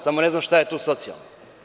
Samo ne znam šta je tu socijalno.